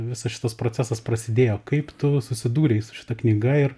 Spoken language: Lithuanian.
visas šitas procesas prasidėjo kaip tu susidūrei su šita knyga ir